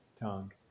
tongue